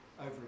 over